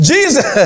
Jesus